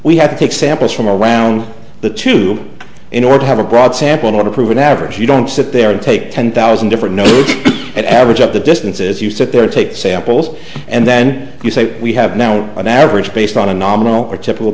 we had to take samples from around the to in order to have a broad sample to prove an average you don't sit there and take ten thousand different notes and average up the distances you sit there and take the samples and then you say we have now on average based on a nominal or typical